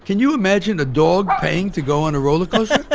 can you imagine a dog paying to go on a roller coaster?